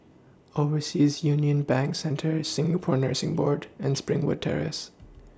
Overseas Union Bank Centre Singapore Nursing Board and Springwood Terrace